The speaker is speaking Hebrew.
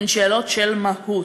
הן שאלות של מהות,